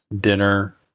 dinner